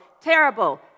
terrible